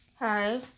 Hi